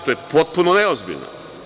To je potpuno neozbiljno.